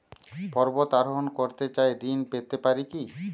পর্বত আরোহণ করতে চাই ঋণ পেতে পারে কি?